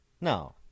No